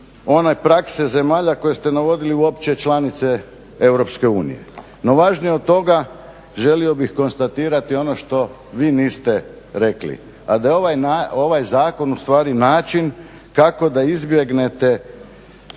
one prakse zemalja koje ste navodili uopće članice EU. No važnije od toga želio bih konstatirati ono što vi niste rekli, a da je ovaj zakon ustvari način kako da izbjegnete